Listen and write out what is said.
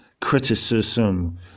criticism